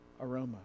aroma